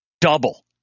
double